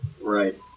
Right